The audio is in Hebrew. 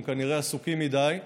הם כנראה עסוקים מדיי,